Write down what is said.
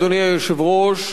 אדוני היושב-ראש,